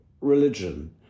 religion